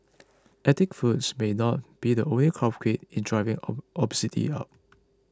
ethnic foods may not be the only culprit in driving obesity up